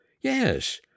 Yes